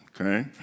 okay